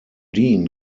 dean